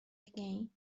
again